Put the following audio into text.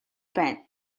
байна